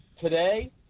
today